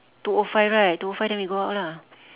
two O five right two O five then we go out lah